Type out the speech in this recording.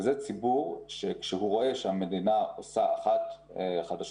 זה ציבור שכשהוא רואה שהמדינה עושה חדשים